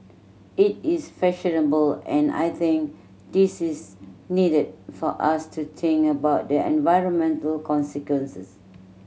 it is fashionable and I think this is needed for us to think about the environmental consequences